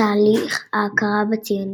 תהליך ההכרה בציונות.